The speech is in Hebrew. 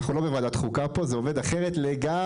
אנחנו לא בוועדת חוקה פה, זה עובד אחרת לגמרי.